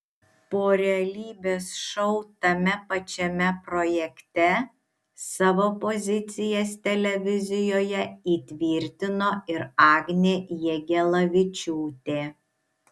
po realybės šou tame pačiame projekte savo pozicijas televizijoje įtvirtino ir agnė jagelavičiūtė